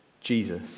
Jesus